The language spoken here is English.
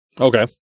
okay